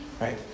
right